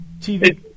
TV